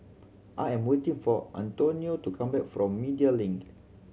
I am waiting for Antonio to come back from Media Link